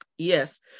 Yes